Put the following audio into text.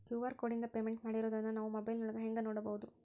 QR ಕೋಡಿಂದ payment ಮಾಡಿರೋದನ್ನ ನಾವು ಮೊಬೈಲಿನೊಳಗ ಹೆಂಗ ನೋಡಬಹುದು?